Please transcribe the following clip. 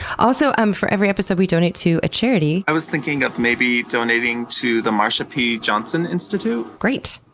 also um for every episode, we donate to a charity. i was thinking of maybe donating to the marsha p. johnson institute? great.